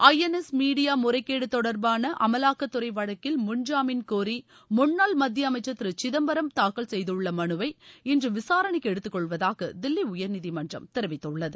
INX media முறைகேடு தொடர்பான அமலாக்கத்துறை வழக்கில் முன்ஜாமீன் கோரி முன்னாள் மத்திய அமைச்சர் திரு சிதம்பரம் தாக்கல் செய்துள்ள மனுவை இன்று விசாரணைக்கு எடுத்துக் கொள்வதாக தில்லி உயர்நீதிமன்றம் தெரிவித்துள்ளது